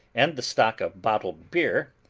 and the stock of bottled beer,